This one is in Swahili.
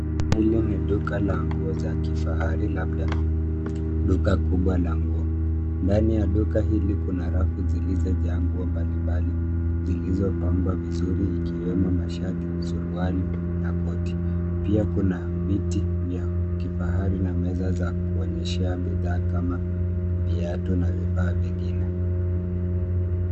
Hili ni duka la nguo za kifahari, labda duka kubwa la nguo. Ndani ya duka hili kuna rafu zilizojaa nguo mbalimbali zilizopangwa vizuri ikiwemo mashati, suruali na koti. Pia kuna viti vya kifahari na meza za kuonyeshea bidhaa kama viatu na vifaa vingine.